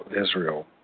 Israel